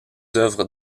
œuvres